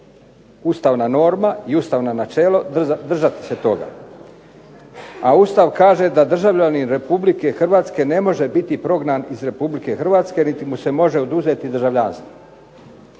ustavna norma i ustavno načelo držati se toga, a Ustav kaže da državljanin RH ne može biti prognan iz RH niti mu se može oduzeti državljanstvo.